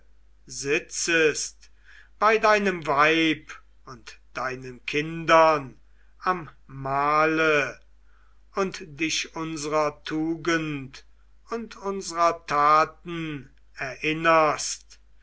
sitzest bei deinem weib und deinen kindern am mahle und dich unserer tugend und unserer taten erinnerst